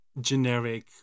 generic